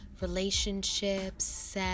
relationships